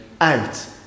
out